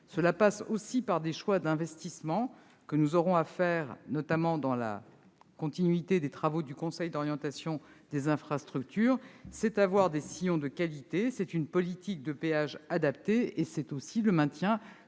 Cela passe aussi par des choix d'investissement que nous aurons à faire, notamment dans la continuité des travaux du Conseil d'orientation des infrastructures. Il s'agit d'avoir des sillons de qualité, une politique de péage adaptée et de promouvoir